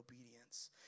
obedience